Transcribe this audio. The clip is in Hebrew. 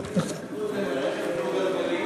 דו-גלגלי,